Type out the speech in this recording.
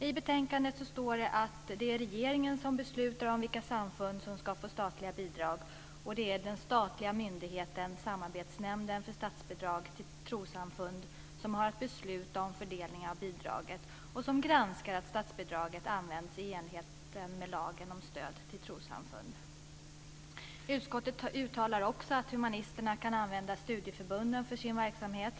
I betänkandet står det att det är regeringen som beslutar vilka samfund som ska få statliga bidrag, och det är den statliga myndigheten Samarbetsnämnden för statsbidrag till trossamfund som har att besluta om fördelning av bidragen. Nämnden granskar att statsbidragen används i enlighet med lagen om stöd till trossamfund. Utskottet uttalar också att humanisterna kan använda studieförbunden för sin verksamhet.